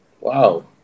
Wow